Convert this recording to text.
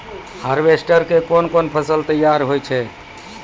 Harvester के कोन कोन फसल तैयार होय छै?